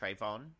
Trayvon